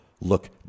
look